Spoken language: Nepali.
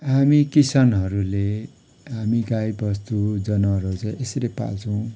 हामी किसानहरूले हामी गाई बस्तु जनावरहरू चाहिँ यसरी पाल्छौँ